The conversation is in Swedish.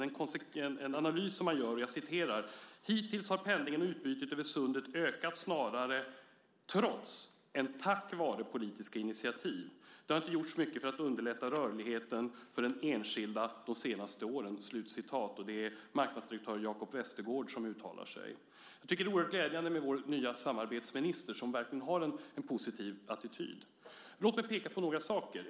Man gör en analys: "Hittills har pendlingen och utbytet över sundet ökat snarare trots än tack vare politiska initiativ. Det har inte gjorts mycket för att underlätta rörligheten för den enskilde de senaste åren." Det är marknadsdirektör Jacob Vestergaard som uttalar sig. Det är oerhört glädjande med vår nya samarbetsminister, som verkligen har en positiv attityd. Låt mig peka på några saker.